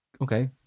okay